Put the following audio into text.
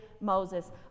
Moses